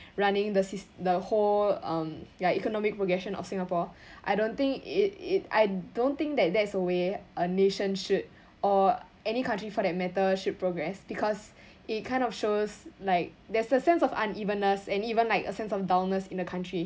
running the sys~ the whole um ya economic progression of singapore I don't think it~ it I don't think that that's the way a nation should or any country for that matter should progress because it kind of shows like there's a sense of unevenness and even like a sense of dullness in a country